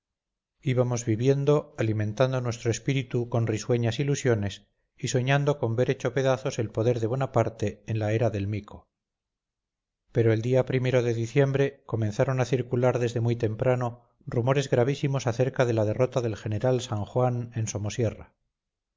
íbamos viviendo alimentando nuestro espíritu con risueñas ilusiones y soñando con ver hecho pedazos el poder de bonaparte en la era del mico pero el día o de diciembre comenzaron a circular desde muy temprano rumores gravísimos acerca de la derrota del general san juan en